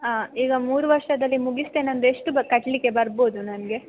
ಆಂ ಈಗ ಮೂರು ವರ್ಷದಲ್ಲಿ ಮುಗಿಸ್ತೇನೆ ಅಂದರೆ ಎಷ್ಟು ಬ ಕಟ್ಟಲಿಕ್ಕೆ ಬರ್ಬೋದು ನನಗೆ